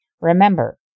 Remember